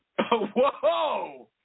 Whoa